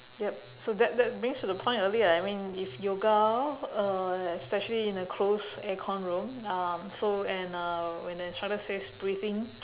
yup so that that brings to the point earlier I mean if yoga uh especially in a closed aircon room uh so and uh when the instructor says breathe in